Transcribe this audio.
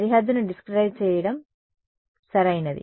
సరిహద్దును డిస్క్రెటైస్ చేయడం సరైనది